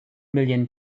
million